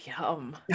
yum